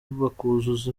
bakuzuza